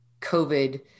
COVID